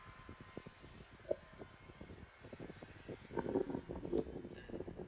mm